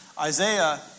Isaiah